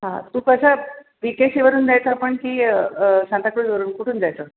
हा तू कसा बी के सीवरून जायचं आपण की सांताक्रूझवरून कुठून जायचं